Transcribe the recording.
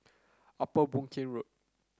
Upper Boon Keng Road